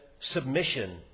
submission